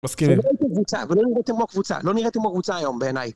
ולא נראיתם כמו קבוצה, לא נראיתם כמו קבוצה היום בעיניי